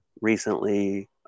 recently